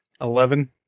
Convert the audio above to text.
Eleven